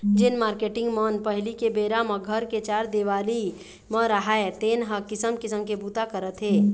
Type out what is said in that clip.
जेन मारकेटिंग मन पहिली के बेरा म घर के चार देवाली म राहय तेन ह किसम किसम के बूता करत हे